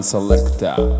Selector